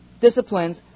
disciplines